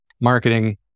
marketing